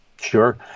Sure